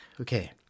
Okay